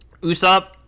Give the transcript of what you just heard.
Usopp